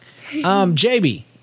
JB